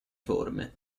forme